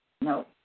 No